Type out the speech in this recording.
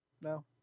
No